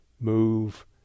move